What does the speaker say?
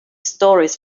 stories